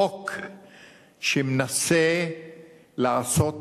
חוק שמנסה לעשות